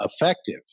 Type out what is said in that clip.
effective